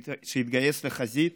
שהתגייס לחזית